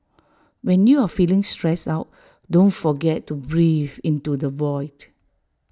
when you are feeling stressed out don't forget to breathe into the void